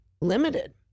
limited